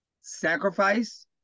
sacrifice